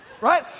Right